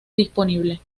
disponible